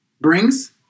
brings